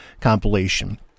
compilation